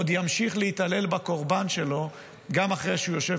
עוד ימשיך להתעלל בקורבן שלו גם אחרי שהוא יושב